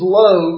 low